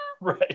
Right